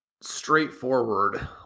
straightforward